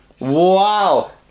Wow